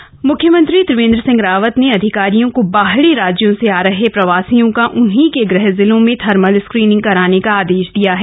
Covid नियंत्रण बैठक म्ख्यमंत्री त्रिवेंद्र सिंह रावत ने अधिकारियों को बाहरी राज्यों से आ रहे प्रवासियों का उन्हीं के गृह जिलों में थर्मल स्क्रीनिंग कराने का आदेश दिया है